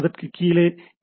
அதற்குக் கீழே ஏ